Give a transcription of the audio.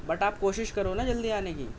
but آپ کوشش کرو نا جلدی آنے کی